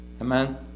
amen